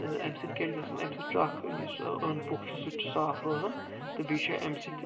تہٕ اَمہِ سۭتۍ کیاہ چھُ گژھان اَمہِ سۭتۍ چھُ اکھ یُس اوند پوٚک چھُ سُہ تہِ چھُ صاف روزان تہٕ بیٚیہِ چھُ اَمہِ سۭتۍ